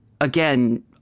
again